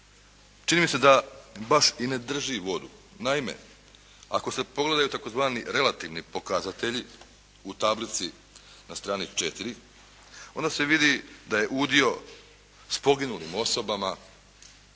čini mi se da baš i ne drži vodu. Naime ako se pogledaju tzv. relativni pokazatelji u tablici na strani 4, onda se vidi da udio s poginulim osobama